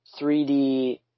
3D